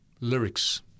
lyrics